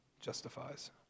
justifies